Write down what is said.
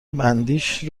بندیش